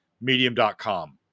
medium.com